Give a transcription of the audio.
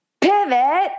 pivot